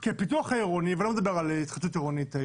כי הפיתוח העירוני ואני לא מדבר על ההתחדשות העירונית.